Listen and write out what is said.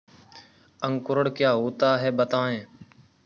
अंकुरण क्या होता है बताएँ?